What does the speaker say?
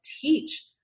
teach